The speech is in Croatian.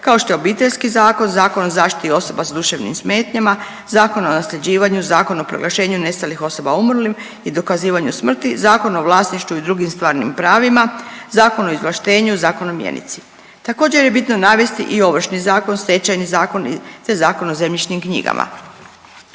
kao što je Obiteljski zakon, Zakon o zaštiti osoba s duševnim smetnjama, Zakon o nasljeđivanju, Zakon o proglašenju nestalih osoba umrlim i dokazivanju smrti, Zakon o vlasništvu i drugim stvarnim pravima, Zakon o izvlaštenju, Zakon o mjenici. Također je bitno navesti i Ovršni zakon, Stečajni zakon te Zakon o zemljišnim knjigama.